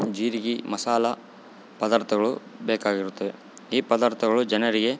ಜೀರಿಗಿ ಮಸಾಲೆ ಪದಾರ್ಥಗಳು ಬೇಕಾಗಿರುತ್ತವೆ ಈ ಪದಾರ್ಥಗಳು ಜನರಿಗೆ